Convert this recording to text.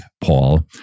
Paul